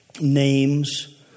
names